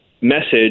message